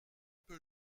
peu